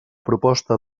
proposta